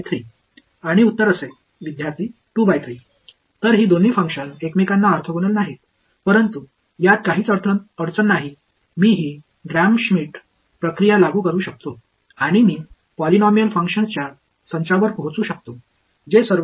மேலும் ஒருவருக்கொருவர் ஆர்த்தோகனலாக இருக்கும் பாலினாமியல் செயல்பாடுகளின் ஒரு தொகுப்புக்கு நான் வரலாம்